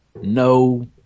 no